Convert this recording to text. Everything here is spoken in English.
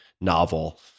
novel